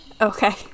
Okay